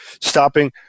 Stopping